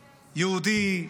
יהודי,